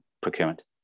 procurement